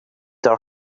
their